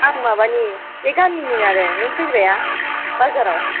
आं माबानि बे गामिनिनो आरो नों फैग्राया बाजाराव